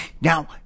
Now